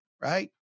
Right